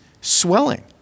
swelling